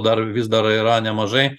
dar vis dar yra nemažai